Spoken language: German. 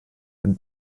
und